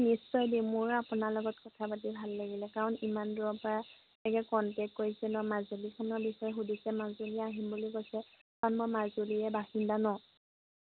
নিশ্চয় দিম মোৰো আপোনাৰ লগত কথা পাতি ভাল লাগিলে কাৰণ ইমান দূৰৰ পৰা এনেকৈ কণ্টেক্ট কৰিছে ন মাজুলীখনৰ বিষয়ে সুধিছে মাজুলী আহিম বুলি কৈছে কাৰণ মই মাজুলীৰে বাসিন্দা ন